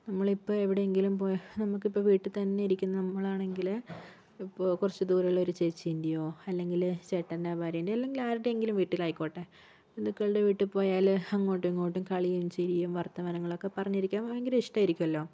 നമ്മളിപ്പോൾ എവിടെയെങ്കിലും പോയാൽ നമ്മൾക്കിപ്പോൾ വീട്ടിൽതന്നെ ഇരിക്കുന്ന നമ്മളാണെങ്കില് ഇപ്പോൾ കുറച്ചു ദൂരെ ഉള്ളൊരു ചേച്ചിൻ്റെയോ അല്ലെങ്കില് ചേട്ടൻ്റെ ഭാര്യേൻ്റെയോ അല്ലെങ്കിൽ ആരുടെയെങ്കിലും വീട്ടിലായിക്കോട്ടെ ബന്ധുക്കളുടെ വീട്ടിൽ പോയാല് അങ്ങോട്ടും ഇങ്ങോട്ടും കളിയും ചിരിയും വർത്തമാനങ്ങളൊക്കെ പറഞ്ഞിരിക്കാൻ ഭയങ്കര ഇഷ്ടമായിരിക്കുമല്ലോ